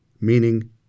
meaning